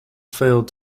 failed